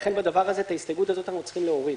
לכן את ההסתייגות הזו אנחנו צריכים להוריד.